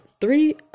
three